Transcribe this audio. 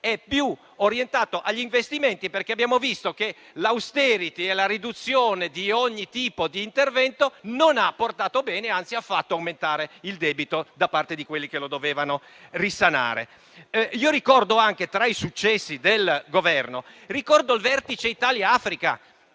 è più orientato agli investimenti, perché abbiamo visto che l'*austerity* e la riduzione di ogni tipo di intervento non hanno portato bene; anzi, hanno fatto aumentare il debito da parte di quelli che lo dovevano risanare. Io ricordo anche, tra i successi del Governo, il vertice Italia-Africa.